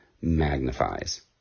magnifies